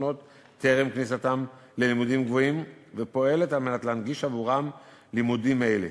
שונות בכניסה ללימודים גבוהים ופועלת להנגיש בעבורם לימודים אלה.